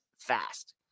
Fast